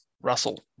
Russell